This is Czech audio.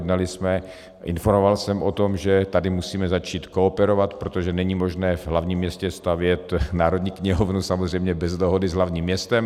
Jednali jsme, informoval jsem o tom, že tady musíme začít kooperovat, protože není možné v hlavním městě stavět Národní knihovnu samozřejmě bez dohody s hlavním městem.